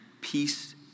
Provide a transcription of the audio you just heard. Peace